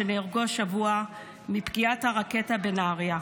שנהרגו השבוע מפגיעת הרקטה בנהריה.